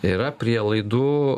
yra prielaidų